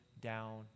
down